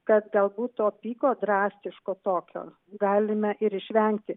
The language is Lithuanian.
kad galbūt to piko drastiško tokio galime ir išvengti